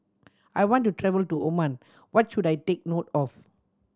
I want to travel to Oman What should I take note of